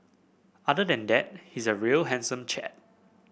other than that he's a real handsome chap